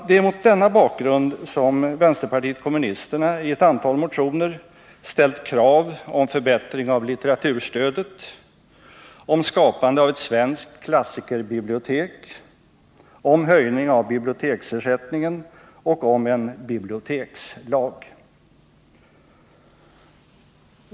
Det är mot denna bakgrund som vänsterpartiet kommunisterna i ett antal motioner ställt krav på förbättring av litteraturstödet, på skapande av ett svenskt klassikerbibliotek, på höjning av biblioteksersättningen och på en bibliotekslag.